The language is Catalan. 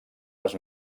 les